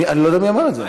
אני לא יודע מי אמר את זה.